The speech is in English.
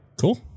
cool